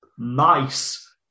Nice